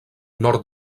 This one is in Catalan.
nord